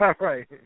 right